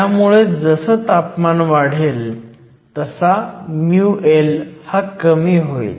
त्यामुळे जसं तापमान वाढेल μL कमी होईल